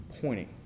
pointing